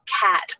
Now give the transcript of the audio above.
cat